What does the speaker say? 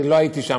כי לא הייתי שם,